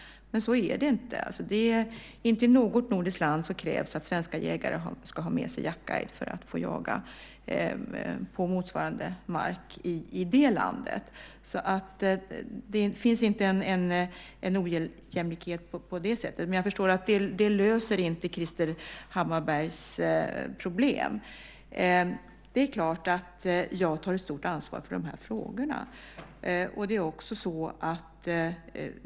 Men så är det inte. Inte i något nordiskt land krävs att svenska jägare ska ha med sig jaktguide för att få jaga på motsvarande mark i det landet. Det finns inte en ojämlikhet på det sättet. Men jag förstår att det inte löser Krister Hammarberghs problem. Det är klart att jag har ett stort ansvar för de här frågorna.